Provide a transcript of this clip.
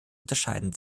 unterscheiden